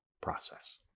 process